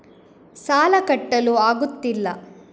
ಸಾಲ ಕಟ್ಟಲು ಆಗುತ್ತಿಲ್ಲ